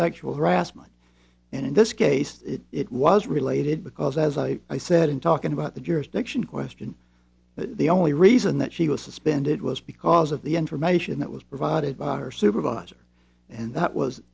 sexual harassment and in this case it was related because as i said in talking about the jurisdiction question the only reason that she was suspended was because of the information that was provided by her supervisor and that was